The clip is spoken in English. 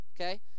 Okay